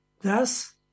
Thus